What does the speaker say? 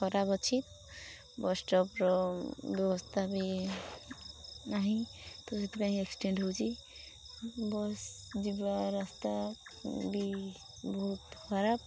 ଖରାପ ଅଛି ବସ୍ଷ୍ଟପ୍ର ବ୍ୟବସ୍ଥା ବି ନାହିଁ ତ ସେଥିପାଇଁ ଆକ୍ସିଡେଣ୍ଟ ହେଉଛି ବସ୍ ଯିବା ରାସ୍ତା ବି ବହୁତ ଖରାପ